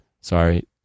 Sorry